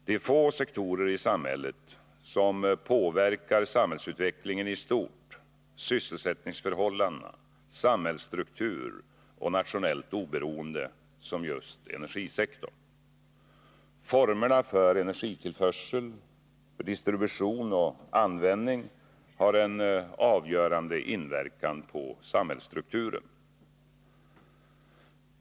Det är få sektorer i samhället som påverkar samhällsutvecklingen i stort — sysselsättningsförhållanden, samhällsstruktur och nationellt oberoende — som just energisektorn. Formerna för energitillförsel, distribution och användning har en avgörande inverkan på samhällsstrukturen.